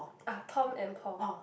uh Tom and Paul